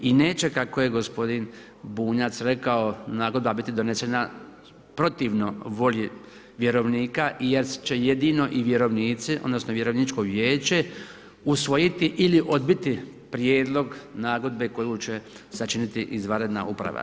I neće kako je gospodin Bunjac rekao nagodba biti donesena protivno volji vjerovnika jer će jedino i vjerovnici odnosno vjerovničko vijeće usvojiti ili odbiti prijedlog nagodbe koju će sačiniti izvanredna uprava.